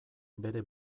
bere